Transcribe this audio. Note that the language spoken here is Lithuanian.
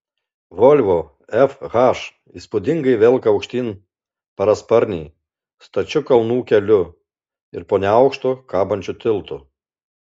volvo fh įspūdingai velka aukštyn parasparnį stačiu kalnų keliu ir po neaukštu kabančiu tiltu